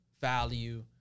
value